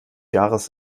jahres